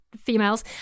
females